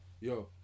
Yo